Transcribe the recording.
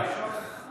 רבה, אדוני.